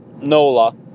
NOLA